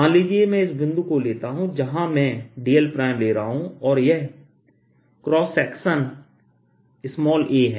मान लीजिए कि मैं इस बिंदु को लेता हूं जहां मैं dl ले रहा हूं और यह क्रॉससेक्शन a है